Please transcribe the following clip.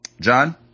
John